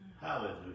Hallelujah